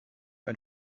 ein